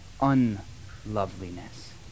unloveliness